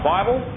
Bible